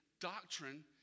doctrine